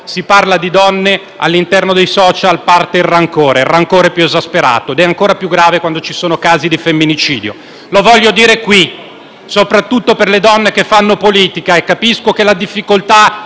si parla di donne, infatti, all'interno dei *social* parte il rancore più esasperato ed è ancora più grave quando ci sono casi di femminicidio. Lo voglio dire in questa sede, soprattutto per le donne che fanno politica: capisco che la difficoltà